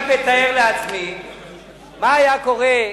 אני רק מתאר לעצמי מה היה קורה,